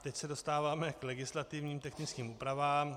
Teď se dostáváme k legislativně technickým úpravám.